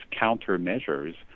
countermeasures